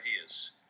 ideas